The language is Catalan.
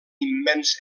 immens